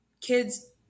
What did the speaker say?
kids